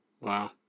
Wow